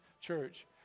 Church